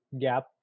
gap